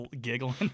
giggling